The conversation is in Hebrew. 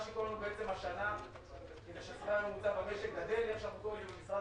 השנה השכר הממוצע במשק גדל --- במשרד